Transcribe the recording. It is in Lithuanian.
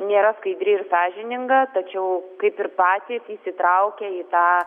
nėra skaidri ir sąžininga tačiau kaip ir patys įsitraukia į tą